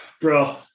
Bro